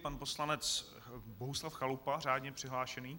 Pan poslanec Bohuslav Chalupa, řádně přihlášený.